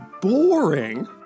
boring